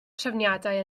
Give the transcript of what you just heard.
trefniadau